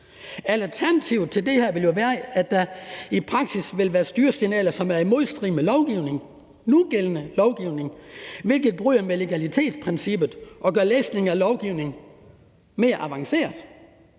Alternativet til det her vil jo være, at der i praksis vil være styresignaler, som er i modstrid med den nugældende lovgivning, hvilket bryder med legalitetsprincippet og gør læsning af lovgivningen mere avanceret.